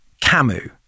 Camus